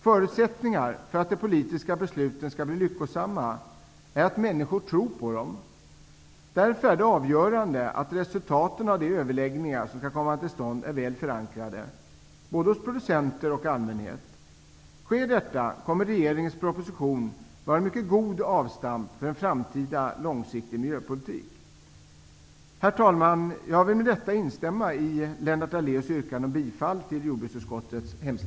Förutsättningarna för att de politiska besluten skall bli lyckosamma är att människor tror på dem. Därför är det avgörande att resultaten av de överläggningar som skall komma till stånd är väl förankrade -- både hos producenter och hos allmänhet. Sker detta kommer regeringens proposition att utgöra en god grund för en framtida långsiktig miljöpolitik. Herr talman! Jag vill med detta instämma i Lennart